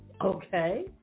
Okay